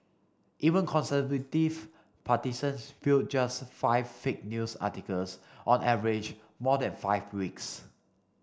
even conservative partisans viewed just five fake news articles on average more than five weeks